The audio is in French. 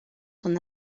son